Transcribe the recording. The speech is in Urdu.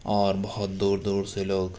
اور بہت دور دور سے لوگ